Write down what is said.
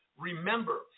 Remember